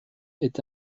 est